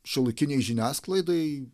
šiuolaikinei žiniasklaidai